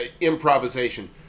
improvisation